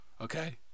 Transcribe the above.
okay